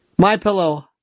MyPillow